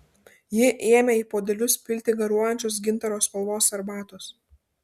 ji ėmė į puodelius pilti garuojančios gintaro spalvos arbatos